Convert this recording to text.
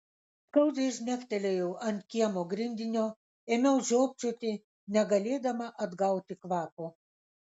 skaudžiai žnektelėjau ant kiemo grindinio ėmiau žiopčioti negalėdama atgauti kvapo